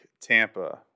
Tampa